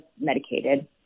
medicated